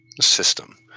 system